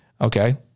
Okay